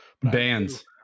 Bands